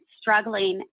struggling